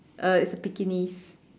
uh it's a Pekingese